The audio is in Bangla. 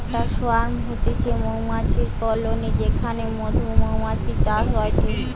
একটা সোয়ার্ম হতিছে মৌমাছির কলোনি যেখানে মধুমাছির চাষ হয়টে